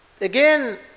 Again